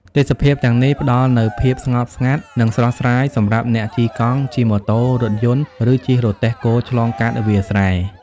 ទេសភាពទាំងនេះ ផ្ដល់នូវភាពស្ងប់ស្ងាត់ និងស្រស់ស្រាយសម្រាប់អ្នកជិះកង់ ជិះម៉ូតូ រថយន្ត ឬជិះរទេះគោឆ្លងកាត់វាលស្រែ។